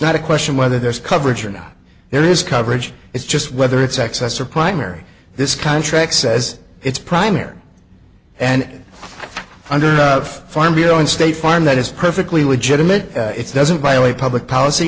not a question whether there's coverage or not there is coverage it's just whether it's access or primary this contract says it's primary and under of farm bureau and state farm that is perfectly legitimate it's doesn't violate public policy